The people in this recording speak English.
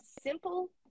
simple